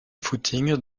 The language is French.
footing